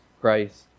Christ